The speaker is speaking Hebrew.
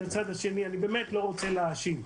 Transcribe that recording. הצד השני אבל אני באמת לא רוצה להאשים.